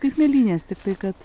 kaip mėlynės tiktai kad